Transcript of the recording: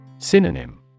Synonym